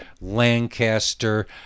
Lancaster